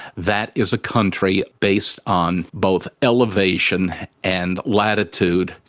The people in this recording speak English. that is a country based on both elevation and latitude.